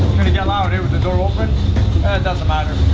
to get loud, and with the door open and doesn't matter